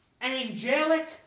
angelic